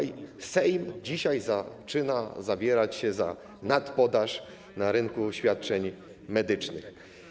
I Sejm dzisiaj zaczyna zabierać się za nadpodaż na rynku świadczeń medycznych.